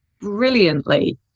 brilliantly